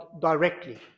directly